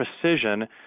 precision